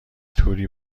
توری